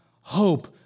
hope